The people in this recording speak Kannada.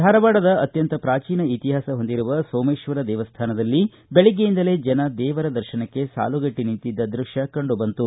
ಧಾರವಾಡದ ಅತ್ಯಂತ ಪ್ರಾಚೀನ ಇತಿಹಾಸ ಹೊಂದಿರುವ ಸೋಮೇಶ್ವರ ದೇವಸ್ವಾನದಲ್ಲಿ ದೆಳಗ್ಗೆಯಿಂದಲೇ ಜನ ದೇವರ ದರ್ಶನಕ್ಕೆ ಸಾಲುಗಟ್ಟಿ ನಿಂತಿದ್ದ ದೃಶ್ಯ ಕಂಡು ಬಂತು